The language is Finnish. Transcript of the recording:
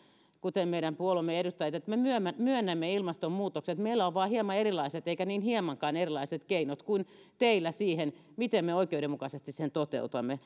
kuten meidän puolueemme edustajat että me myönnämme myönnämme ilmastonmuutoksen meillä on vain hieman erilaiset eikä niin hiemankaan erilaiset keinot kuin teillä siihen miten me oikeudenmukaisesti toimet toteutamme